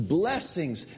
blessings